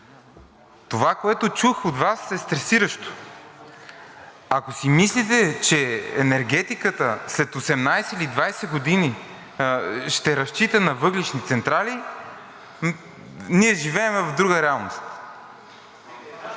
това, което чух от Вас, е стресиращо. Ако си мислите, че енергетиката след 18 или 20 години ще разчита на въглищни централи, ние живеем в друга реалност.